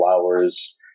flowers